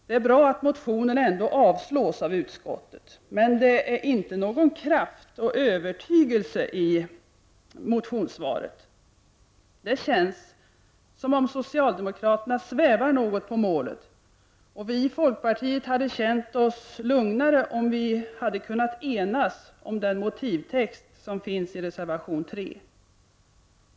Det är bra att motionen ändå avstyrks av utskottet, men det är inte någon kraft och övertygelse i motionssvaret. Det känns som om socialdemokraterna svävar något på målet, och vi i folkpartiet hade känt oss lugnare om vi hade kunnat enas om den motivtext som finns i reservation nr 3.